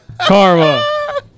Karma